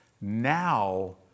now